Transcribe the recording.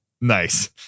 Nice